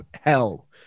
hell